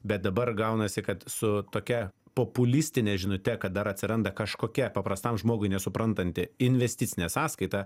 bet dabar gaunasi kad su tokia populistine žinute kad dar atsiranda kažkokia paprastam žmogui nesuprantanti investicinė sąskaita